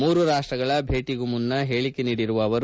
ಮೂರು ರಾಷ್ಟಗಳ ಭೇಟಗೂ ಮುನ್ನ ಹೇಳಿಕೆ ನೀಡಿರುವ ಅವರು